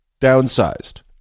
downsized